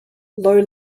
low